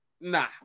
Nah